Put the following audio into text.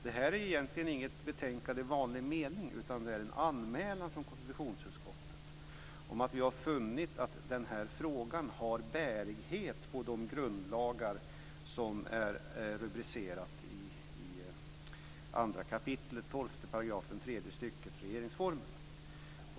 Det gäller nu egentligen inte ett betänkande i vanlig mening, utan det gäller en anmälan från konstitutionsutskottet om att vi har funnit att den här frågan har bärighet på de grundlagsregler som är rubricerade 2 kap. 12 § tredje stycket regeringsformen.